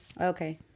Okay